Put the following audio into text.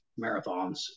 marathons